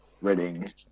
reading